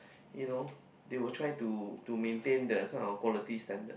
you know they will try to to maintain that kind of quality standard